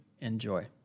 Enjoy